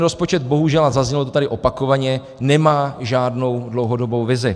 Rozpočet bohužel, a zaznělo to tady opakovaně, nemá žádnou dlouhodobou vizi.